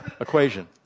equation